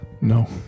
No